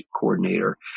coordinator